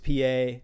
PA